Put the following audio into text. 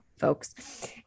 folks